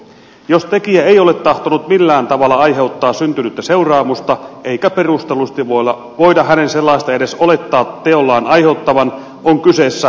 jos tekijä ei ole tahtonut millään tavalla aiheuttaa syntynyttä seuraamusta eikä perustellusti voida hänen sellaista edes olettaa teollaan aiheuttavan on kyseessä pikemminkin tapaturma